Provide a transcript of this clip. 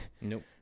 Nope